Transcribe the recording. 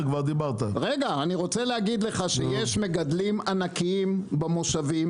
אני רוצה להגיד לך שיש מגדלים ענקיים במושבים